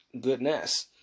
goodness